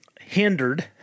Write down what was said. hindered